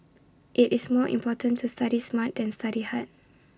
IT is more important to study smart than study hard